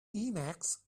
emacs